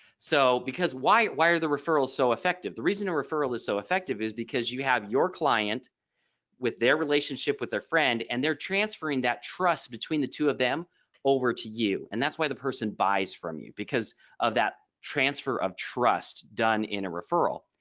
so because why why are the referrals so effective. the reason a referral is so effective is because you have your client with their relationship with their friend and they're transferring that trust between the two of them over to you. and that's why the person buys from you because of that transfer of trust done in a referral.